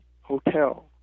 hotel